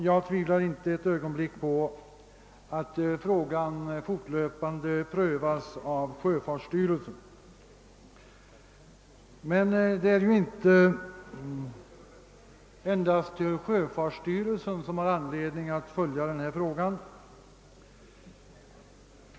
Jag tvivlar inte ett ögonblick på att frågan fortlöpande prövas av sjöfartsstyrelsen. Men det är ju inte endast sjöfartsstyrelsen som har anledning att följa denna fråga.